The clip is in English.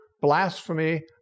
blasphemy